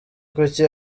kuki